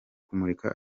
kumurika